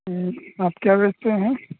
आप क्या बेचते हैं